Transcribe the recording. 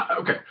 okay